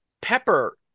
Pepper